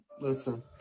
listen